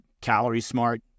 calorie-smart